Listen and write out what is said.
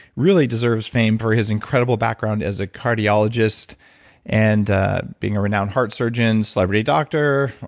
really deserves fame for his incredible background as a cardiologist and being a renowned heart surgeon, celebrity doctor,